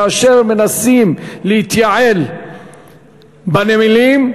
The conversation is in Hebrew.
כאשר מנסים להתייעל בנמלים,